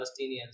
Palestinians